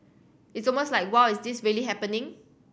it's almost like wow is this really happening